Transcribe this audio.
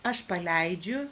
aš paleidžiu